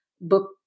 book